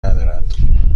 ندارد